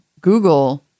Google